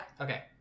Okay